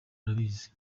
arabizi